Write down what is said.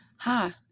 Hi